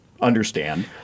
understand